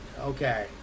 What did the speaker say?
Okay